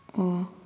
ꯑꯣ